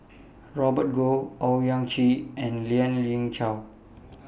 Robert Goh Owyang Chi and Lien Ying Chow